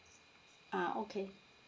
ah okay